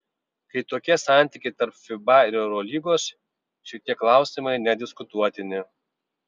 kai tokie santykiai tarp fiba ir eurolygos šitie klausimai nediskutuotini